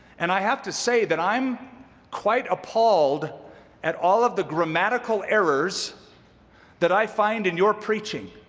and i have to say that i'm quite appalled at all of the grammatical errors that i find in your preaching.